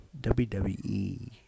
WWE